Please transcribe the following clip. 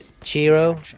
Chiro